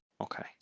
Okay